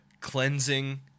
cleansing